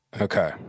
Okay